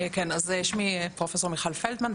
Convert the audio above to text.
שמי פרופ' מיכל פלדמן,